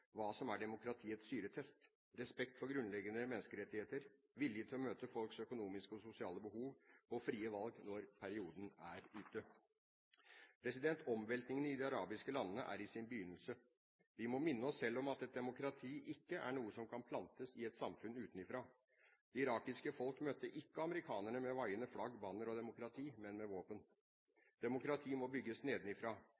hva som er demokratiets syretest: respekt for grunnleggende menneskerettigheter, vilje til å møte folks økonomiske og sosiale behov og frie valg når perioden er ute. Omveltningene i de arabiske landene er i sin begynnelse. Vi må minne oss selv om at demokrati ikke er noe som kan plantes i et samfunn utenfra. Det irakiske folk møtte ikke amerikanerne med vaiende flagg, banner og demokrati, men med